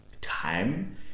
time